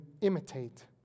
imitate